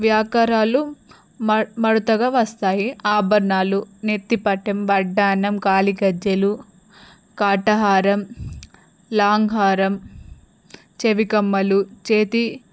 వ్యాకారాలు మ మడతగా వస్తాయి ఆభరణాలు నెత్తి పట్టెం వడ్డాన్నం కాలిగజ్జెలు కంఠహారం లాంగ్హారం చెవికమ్మేలు చేతి